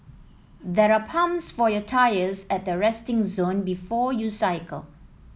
there are pumps for your tyres at the resting zone before you cycle